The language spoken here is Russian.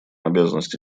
обязанности